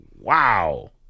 Wow